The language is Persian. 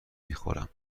میخورم